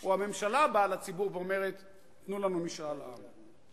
או שהממשלה באה לציבור ואומרת: תנו לנו משאל עם?